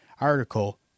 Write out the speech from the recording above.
article